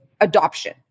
adoption